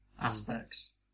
aspects